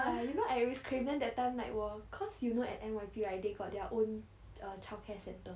!wah! you know I always crave then that time like 我 cause you know at N_Y_P right they got their own err childcare centre